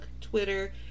Twitter